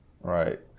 Right